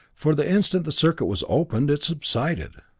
for the instant the circuit was opened, it subsided.